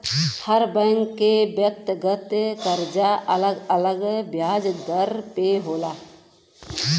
हर bank के व्यक्तिगत करजा अलग अलग बियाज दर पे होला